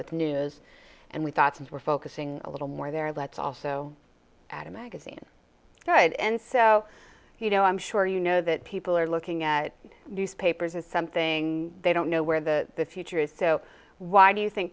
with news and we thought since we're focusing a little more there let's also add a magazine good and so you know i'm sure you know that people are looking at newspapers as something they don't know where the future is so why do you think